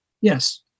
Yes